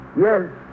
Yes